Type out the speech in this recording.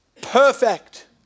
perfect